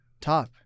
Top